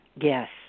Yes